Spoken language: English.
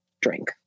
drink